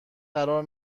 قرار